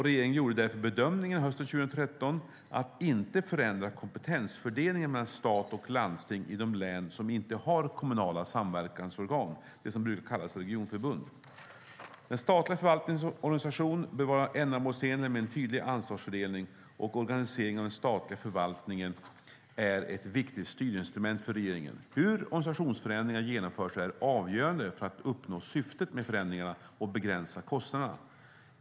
Regeringen gjorde därför bedömningen hösten 2013 att inte förändra kompetensfördelningen mellan stat och landsting i de län som inte har kommunala samverkansorgan, det som brukar kallas regionförbund. Den statliga förvaltningens organisation bör vara ändamålsenlig med en tydlig ansvarsfördelning. Organiseringen av den statliga förvaltningen är ett viktigt styrinstrument för regeringen. Hur organisationsförändringar genomförs är avgörande för att uppnå syftet med förändringarna och begränsa kostnaderna.